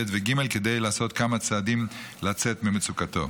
ב' וג' כדי לעשות כמה צעדים לצאת ממצוקתו.